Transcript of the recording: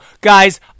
guys